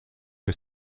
que